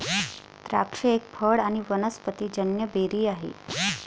द्राक्ष एक फळ आणी वनस्पतिजन्य बेरी आहे